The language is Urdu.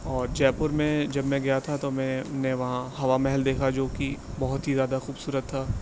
اور جے پور میں جب میں گیا تھا تو میں نے وہاں ہوا محل دیکھا جوکہ بہت ہی زیادہ خوبصورت تھا